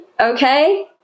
okay